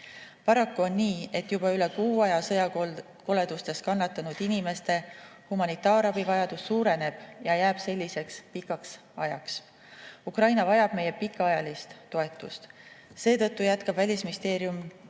Paraku on nii, et juba üle kuu aja sõjakoledustes kannatanud inimeste humanitaarabivajadus suureneb ja jääb selliseks pikaks ajaks. Ukraina vajab meie pikaajalist toetust, seetõttu jätkab Välisministeerium Ukraina